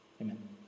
amen